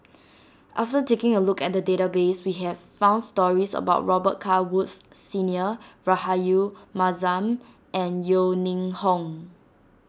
after taking a look at the database we have found stories about Robet Carr Woods Senior Rahayu Mahzam and Yeo Ning Hong